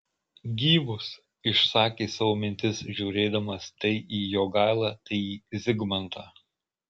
gyvus išsakė savo mintis žiūrėdamas tai į jogailą tai į zigmantą